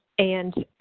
and